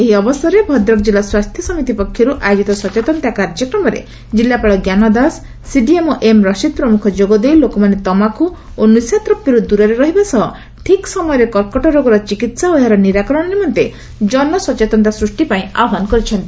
ଏହି ଅବସରରେ ଭଦ୍ରକ ଜିଲ୍ଲା ସ୍ୱାସ୍ଥ୍ୟ ସମିତି ପକ୍ଷରୁ ଆୟୋଜିତ ସଚେତନତା କାର୍ଯ୍ୟକ୍ରମରେ ଜିଲ୍ଲାପାଳ ରସିଦ୍ ପ୍ରମୁଖ ଯୋଗଦେଇ ଲୋକମାନେ ତମାଖୁ ଓ ନିଶାଦ୍ରବ୍ୟରୁ ଦରରେ ରହିବା ସହ ଠିକ୍ ସମୟରେ କର୍କଟ ରୋଗର ଚିକିହା ଓ ଏହାର ନିରାକରଣ ନିମନ୍ତେ କନସଚେତନତା ସୃଷି ପାଇଁ ଆହ୍ୱାନ କରିଛନ୍ତି